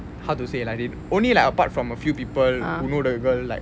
how to say like they only like apart from a few people who know the girl like